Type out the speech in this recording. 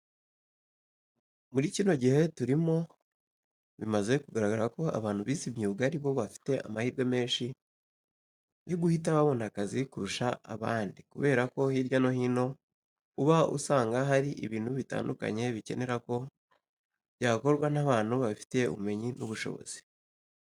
Muri kino gihe turimo bimaze kugaragara ko abantu bize imyuga ari bo bafite amahirwe menshi yo guhita babona akazi kurusha abandi, kubera ko hirya no hino uba usanga hari ibintu bitandukanye bikenera ko byakorwa n'abantu babifitiye ubumenyi n'ubushobozi.